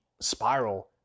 spiral